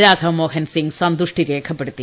രാധാ മോഹൻ സിംഗ് സന്തുഷ്ടി രേഖപ്പെടുത്തി